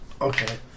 Okay